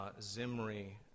Zimri